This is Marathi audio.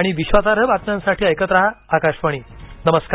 आणि विश्वासार्ह बातम्यांसाठी ऐकत रहा आकाशवाणी नमस्कार